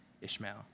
Ishmael